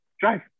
Drive